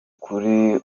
ukuri